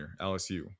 LSU